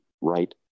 right